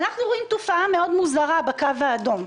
אנחנו רואים תופעה מאוד מוזרה בקו האדום.